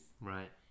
Right